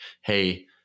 hey